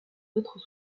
autres